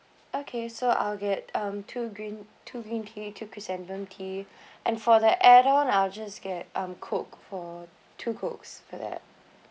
okay so I'll get um two green two green tea two chrysanthemum tea and for the add on I'll just get um coke for two cokes for that